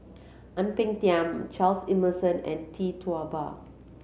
Ang Peng Tiam Charles Emmerson and Tee Tua Ba